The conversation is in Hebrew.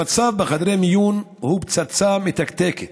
המצב בחדרי המיון הוא פצצה מתקתקת,